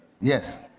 Yes